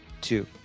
two